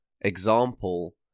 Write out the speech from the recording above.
example